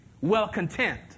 well-content